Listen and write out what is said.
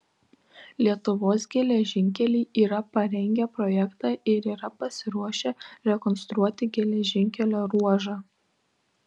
lietuvos geležinkeliai yra parengę projektą ir yra pasiruošę rekonstruoti geležinkelio ruožą